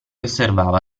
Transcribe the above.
osservava